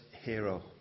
hero